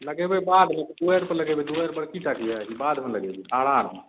लगेबै बाधमे दुआरि पर लगेबै दुआरि बड़की टा कऽ यऽ कि बाधमे लगेबै आरामे